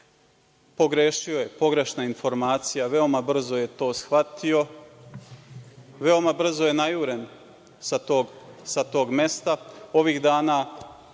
Pogrešio je, pogrešna informacija, veoma brzo je to shvatio. Veoma je brzo najuren sa tog mesta.